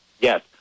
Yes